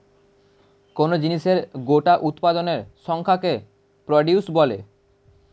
কোন জিনিসের গোটা উৎপাদনের সংখ্যাকে প্রডিউস বলে